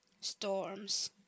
storms